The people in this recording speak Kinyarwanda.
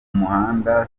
muhanda